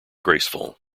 graceful